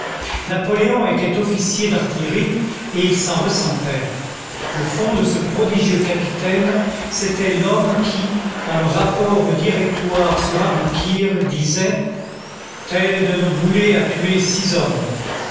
napoléon était officier d'artillerie et il s'en ressentait le fond de ce prodigieux capitaine c'était l'homme qui dans le rapport au directoire sur aboukir disait tel de nos boulets a tué six hommes